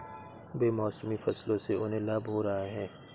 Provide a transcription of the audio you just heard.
बेमौसमी फसलों से उन्हें लाभ हो रहा है